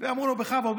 ואמרו לו: בכבוד,